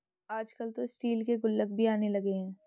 आजकल तो स्टील के गुल्लक भी आने लगे हैं